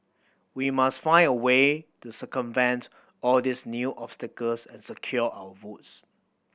we must find a way to circumvent all these new obstacles and secure our votes